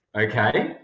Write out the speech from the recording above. Okay